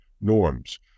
norms